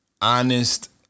honest